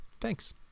thanks